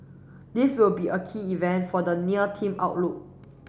this will be a key event for the near team outlook